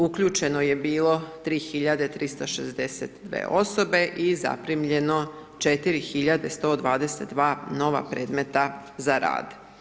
Uključeno je bilo 3.362 osobe i zaprimljeno 4.122 nova predmeta za rad.